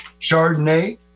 Chardonnay